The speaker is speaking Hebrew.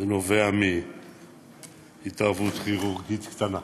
זה נובע מהתערבות כירורגית קטנה,